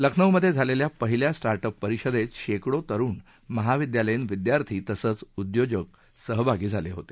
लखनौमधे झालेल्या पहिल्या स्टार्टअप परिषदेत शेकडो तरुण महाविद्यालयीन विद्यार्थी तसंच उद्योजक सहभागी झाले होते